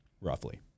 roughly